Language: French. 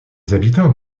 habitants